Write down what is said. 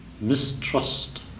mistrust